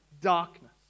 darkness